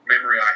memory